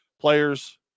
players